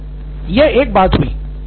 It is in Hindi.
सिद्धार्थ मतुरी यह एक बात हुई